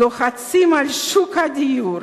לוחצים על שוק הדיור,